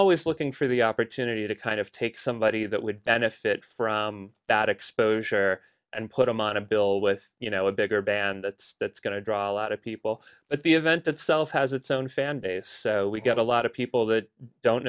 always looking for the opportunity to kind of take somebody that would benefit from that exposure and put them on a bill with you know a bigger band that's that's going to draw a lot of people but the event itself has its own fan base so we get a lot of people that don't